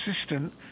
assistant